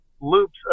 loops